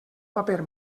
paper